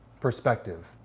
perspective